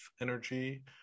energy